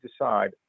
decide